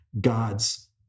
God's